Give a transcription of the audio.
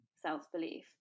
self-belief